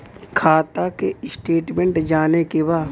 खाता के स्टेटमेंट जाने के बा?